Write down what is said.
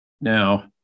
Now